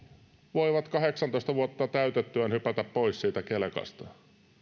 voivat kahdeksantoista vuotta täytettyään hypätä pois siitä kelkasta